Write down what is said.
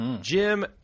Jim